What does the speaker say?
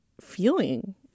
feeling